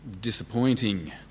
disappointing